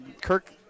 Kirk